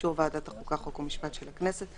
ובאישור ועדת החוקה חוק ומשפט של הכנסת,